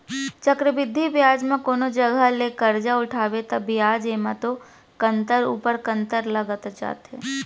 चक्रबृद्धि बियाज म कोनो जघा ले करजा उठाबे ता बियाज एमा तो कंतर ऊपर कंतर लगत जाथे